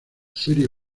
serie